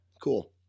cool